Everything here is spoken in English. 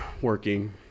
working